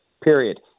period